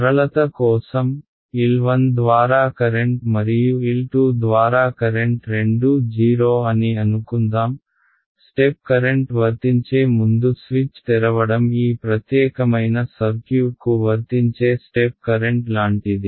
సరళత కోసం L 1 ద్వారా కరెంట్ మరియు L 2 ద్వారా కరెంట్ రెండూ 0 అని అనుకుందాం స్టెప్ కరెంట్ వర్తించే ముందు స్విచ్ తెరవడం ఈ ప్రత్యేకమైన సర్క్యూట్కు వర్తించే స్టెప్ కరెంట్ లాంటిది